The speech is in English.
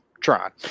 trying